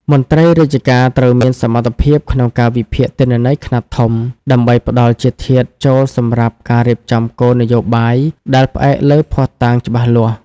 មន្ត្រីរាជការត្រូវមានសមត្ថភាពក្នុងការវិភាគទិន្នន័យខ្នាតធំ ដើម្បីផ្តល់ជាធាតុចូលសម្រាប់ការរៀបចំគោលនយោបាយដែលផ្អែកលើភស្តុតាងច្បាស់លាស់។